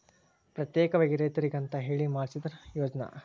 ಪ್ರತ್ಯೇಕವಾಗಿ ರೈತರಿಗಂತ ಹೇಳಿ ಮಾಡ್ಸಿದ ಯೋಜ್ನಾ